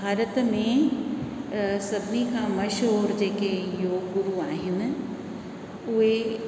भारत में सभिनी खां मशहूरु जेके योग गुरू आहिनि उहे